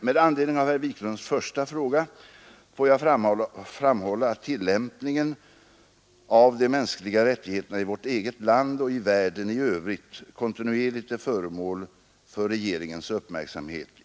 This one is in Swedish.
Med anledning av herr Wiklunds första fråga får jag framhålla att tillämpningen av de mänskliga rättigheterna i vårt eget land och i världen i övrigt kontinuerligt är föremål för regeringens uppmärksamhet.